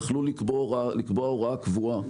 יכלו לקבוע הוראה קבועה.